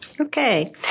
Okay